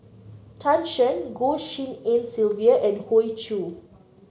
Tan Shen Goh Tshin En Sylvia and Hoey Choo